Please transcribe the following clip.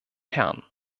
herren